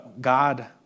God